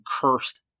cursed